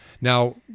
Now